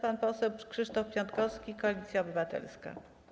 Pan poseł Krzysztof Piątkowski, Koalicja Obywatelska.